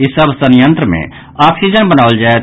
ई सभ संयंत्र मे ऑक्सीजन बनाओल जायत